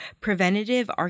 Preventative